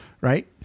Right